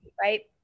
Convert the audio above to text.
Right